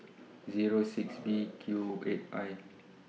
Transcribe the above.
Zero six B Q eight I